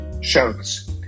shows